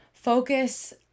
focus